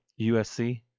USC